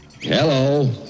Hello